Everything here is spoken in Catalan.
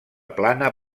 plana